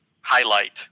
highlight